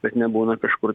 bet nebūna kažkur